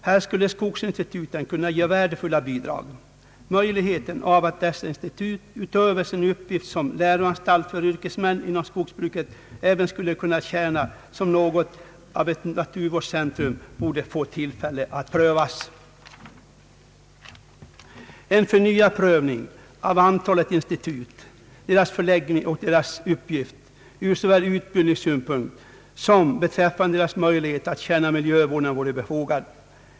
Här skulle skogsinstituten kunna ge värdefulla bidrag. Möjligheten av att dessa institut, utöver sin uppgift som läroanstalter för yrkesmän inom skogsbruket, även skulle kunna tjäna som något av ett naturvårdscentrum borde få prövas. En förnyad prövning av antalet institut, deras förläggning och deras uppgift ur såväl utbildningssynpunkt som beträffande deras möjlighet att tjäna miljövården vore befogad.